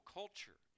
culture